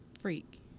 Freak